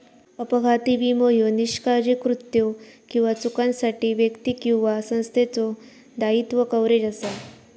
अपघाती विमो ह्यो निष्काळजी कृत्यो किंवा चुकांसाठी व्यक्ती किंवा संस्थेचो दायित्व कव्हरेज असा